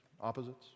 opposites